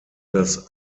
das